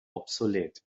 obsolet